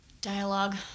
dialogue